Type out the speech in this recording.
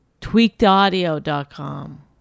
Tweakedaudio.com